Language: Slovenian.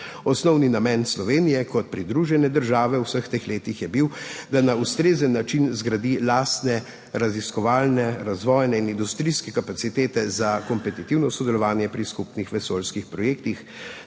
Osnovni namen Slovenije kot pridružene države v vseh teh letih je bil, da na ustrezen način zgradi lastne raziskovalne, razvojne in industrijske kapacitete za kompetitivno sodelovanje pri skupnih vesoljskih projektih